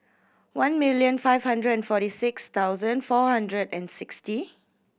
one million five hundred and forty six thousand four hundred and sixty